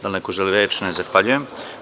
Da li neko želi reč? (Ne) Zahvaljujem.